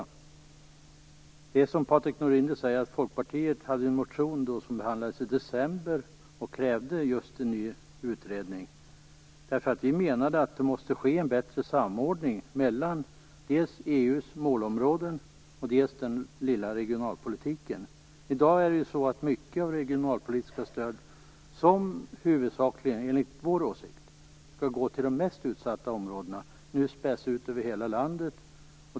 Som Patrik Norinder säger hade Folkpartiet en motion som behandlades i december och där vi krävde en ny utredning. Vi menade att det måste vara en bättre samordning mellan EU:s målområden och den "lilla" regionalpolitiken. Mycket av det regionalpolitiska stödet, som enligt vår åsikt huvudsakligen skall gå till de mest utsatta områdena, späs nu ut över hela landet.